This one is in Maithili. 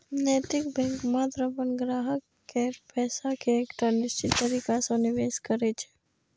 नैतिक बैंक मात्र अपन ग्राहक केर पैसा कें एकटा निश्चित तरीका सं निवेश करै छै